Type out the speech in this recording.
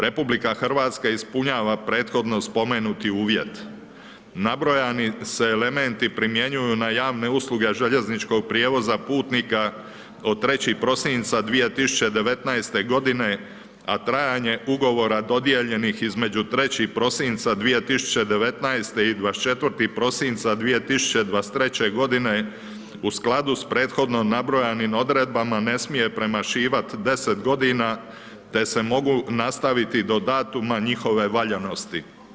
RH ispunjava prethodno spomenuti uvjet, nabrojani se elementi primjenjuju na javne usluge željezničkog prijevoza putnika od 3. prosinca 2019. g. a trajanje ugovora dodijeljenih između 3. prosinca 2019. i 24. prosinca 2023. g. u skladu s prethodnom nabrojanim odredbama, ne smije premašivati 10 g. te se mogu nastaviti do datuma njihove valjanosti.